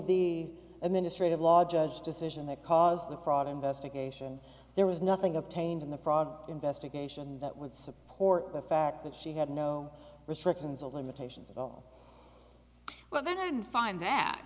the administrative law judge decision that caused the fraud investigation there was nothing obtained in the fraud investigation that would support the fact that she had no restrictions of limitations of all but they didn't find that